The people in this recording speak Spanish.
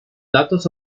datos